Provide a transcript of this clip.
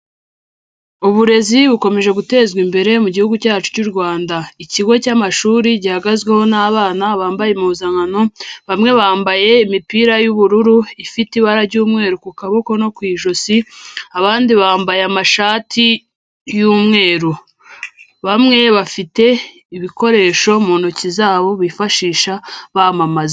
Uburezi bukomeje gutezwa imbere mu gihugu cyacu cy'u Rwanda, ikigo cy'amashuri gihagazweho n'abana bambaye impuzankano, bamwe bambaye imipira y'ubururu ifite ibara ry'umweru ku kaboko no ku ijosi, abandi bambaye amashati y'umweru, bamwe bafite ibikoresho mu ntoki zabo bifashisha bamamaza.